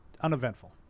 Uneventful